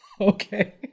Okay